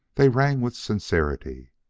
they rang with sincerity.